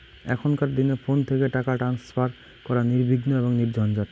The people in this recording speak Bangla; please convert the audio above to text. এখনকার দিনে ফোন থেকে টাকা ট্রান্সফার করা নির্বিঘ্ন এবং নির্ঝঞ্ঝাট